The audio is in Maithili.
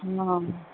हँ